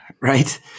right